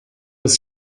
ist